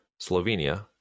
Slovenia